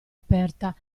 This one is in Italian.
aperta